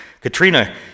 Katrina